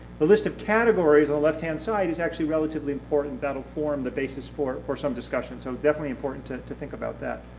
the list of categories on the left-hand side is actually relatively important. it but form the basis for for some discussion, so definitely important to to think about that.